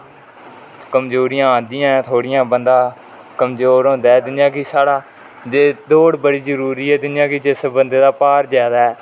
कमजोरी आंदिया ऐ थोडिया बंदा कमजोर होंदा ऐ जियां कि साडा जे दौड बडी जरुरी ऐ जियां कि जिस बंदे दा भार ज्यादा ऐ